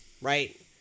right